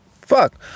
Fuck